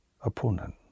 opponent